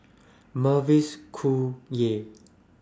Mavis Khoo Oei